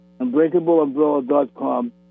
unbreakableumbrella.com